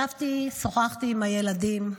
ישבתי, שוחחתי עם הילדים,